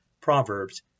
Proverbs